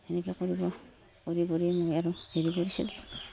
সেনেকৈ কৰিব কৰি কৰি মই আৰু হেৰি কৰিছিলোঁ